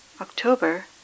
October